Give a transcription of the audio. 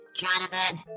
Jonathan